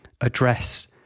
address